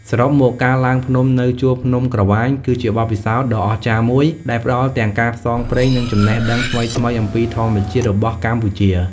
សរុបមក ការឡើងភ្នំនៅជួរភ្នំក្រវាញគឺជាបទពិសោធន៍ដ៏អស្ចារ្យមួយដែលផ្តល់ទាំងការផ្សងព្រេង និងចំណេះដឹងថ្មីៗអំពីធម្មជាតិរបស់កម្ពុជា។